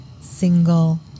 single